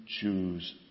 choose